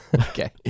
Okay